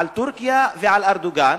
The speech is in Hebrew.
על טורקיה ועל ארדואן,